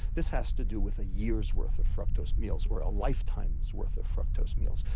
this has to do with a year's worth of fructose meals, or a lifetime's worth of fructose meals,